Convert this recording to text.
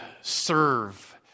serve